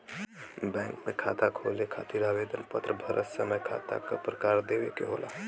bank में खाता खोले खातिर आवेदन पत्र भरत समय खाता क प्रकार देवे के होला